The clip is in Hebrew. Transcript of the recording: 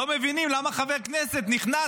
לא מבינים למה חבר כנסת נכנס,